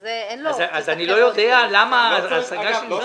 אז אני לא יודע למה -- כן.